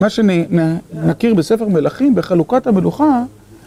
מה שנכיר בספר מלכים בחלוקת המלוכה...